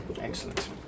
Excellent